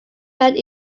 met